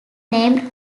named